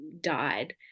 died